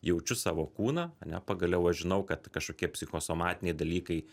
jaučiu savo kūną ane pagaliau aš žinau kad kažkokie psichosomatiniai dalykai